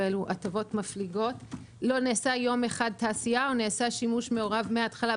לא נעשה יום אחד תעשייה או שנעשה שימוש מעורב מההתחלה,